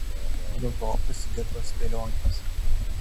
dėl to pasigirdo spėlionės